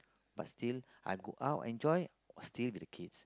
but still I go out enjoy still with the kids